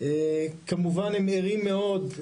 כמובן הם ערים מאוד,